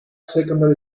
secondary